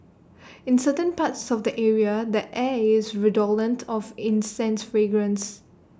in certain parts of the area the air is redolent of incense fragrance